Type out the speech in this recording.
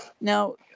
Now